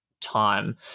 time